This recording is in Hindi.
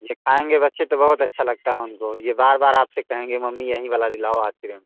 ये खाएंगे बच्चे तो बहुत अच्छा लगता है उनको ये बार बार आप से कहेंगे मम्मी यही वाला दिलाओ आस क्रीम